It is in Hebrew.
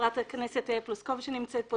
חברת הכנסת פלוסקוב שנמצאת פה,